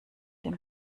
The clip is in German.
dem